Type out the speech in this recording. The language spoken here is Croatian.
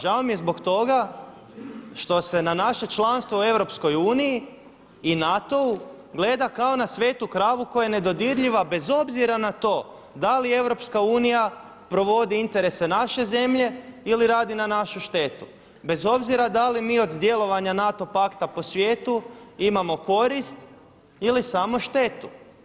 Žao mi je zbog toga što se na naše članstvo u EU i NATO-u gleda kao na svetu kravu koja je nedodirljiva bez obzira na to da li EU provodi interese naše zemlje ili radi na našu štetu, bez obzira da li mi od djelovanja NATO Pakta po svijetu imamo korist ili samo štetu.